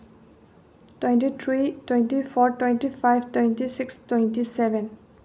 twenty three twenty four twenty five twenty six twenty seven